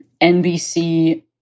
NBC